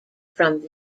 from